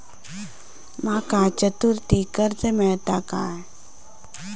माका चतुर्थीक कर्ज मेळात काय?